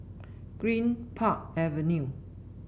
Greenpark Avenue